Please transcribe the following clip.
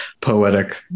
poetic